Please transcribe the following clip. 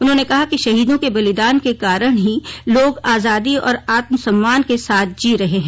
उन्होंने कहा कि शहीदों के बलिदान के कारण ही लोग आजादी और आत्मसम्मान के साथ जी रहे हैं